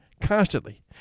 constantly